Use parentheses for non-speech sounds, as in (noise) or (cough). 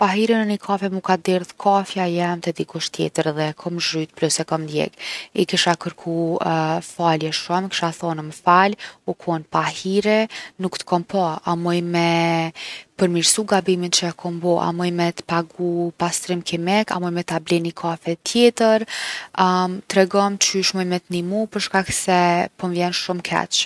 Pahiri në ni kafe mu ka derdh kafja jem te dikush tjetër edhe e kom zhyt plus e kom djeg. I kisha kërku (hesitation) falje shumë, i kisha thonë: “M’fal, u kon pahiri, nuk t’kom pa. A muj me përmirsu gabimin që e kom bo? A muj me t’pagu pastrim kimik? A muj me ta ble ni kafe tjetër? (hesitation) tregom qysh muj me t’nimu për shkak se po m’vjen shumë keq.”